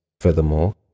Furthermore